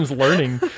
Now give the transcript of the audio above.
learning